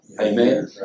Amen